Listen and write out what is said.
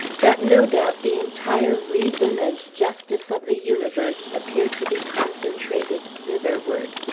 that no doubt the entire reason and justice of the universe appeared to be concentrated thitherward.